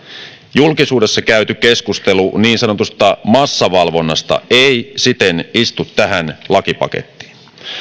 julkisuudessa käyty keskustelu niin sanotusta massavalvonnasta ei siten istu tähän lakipakettiin